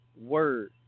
word